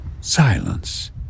Silence